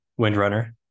Windrunner